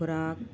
ਖੁਰਾਕ